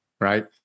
right